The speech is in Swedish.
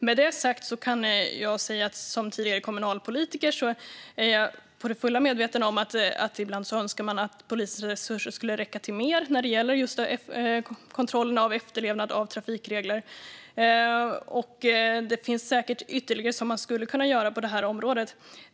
Med detta sagt kan jag säga att jag som tidigare kommunpolitiker är fullt medveten om att man ibland önskar att polisresurserna skulle räcka till mer när det gäller kontroll av efterlevnaden av trafikregler. Det finns säkert ytterligare saker som skulle kunna göras på detta område.